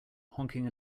honking